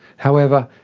however,